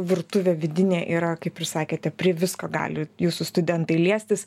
virtuvė vidinė yra kaip ir sakėte prie visko gali jūsų studentai liestis